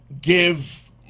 give